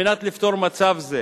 כדי לפתור מצב זה